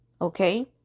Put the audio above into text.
Okay